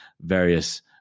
various